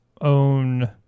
own